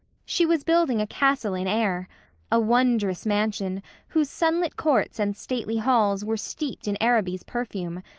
she was building a castle in air a wondrous mansion whose sunlit courts and stately halls were steeped in araby's perfume,